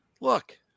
Look